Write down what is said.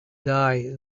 die